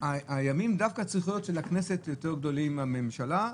דווקא לכנסת צריכים להיות יותר ימים מהממשלה,